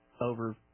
over